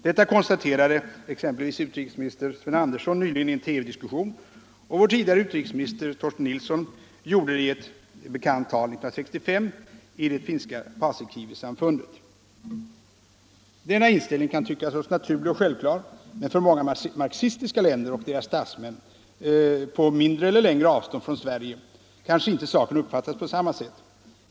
Detta konstaterade exempelvis utrikesminister Sven Andersson nyligen i en TV-diskussion, och vår tidigare utrikesminister, Torsten Nilsson, gjorde detsamma i ett bekant tal 1965 i det finska Paasikivisamfundet. 103 Denna inställning kan tyckas oss naturlig och självklar, men för många marxistiska länder och deras statsmän, på kortare eller längre avstånd från Sverige, kanske inte saken uppfattas på samma sätt.